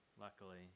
luckily